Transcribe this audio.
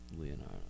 Leonardo